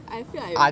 I feel like I